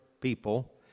people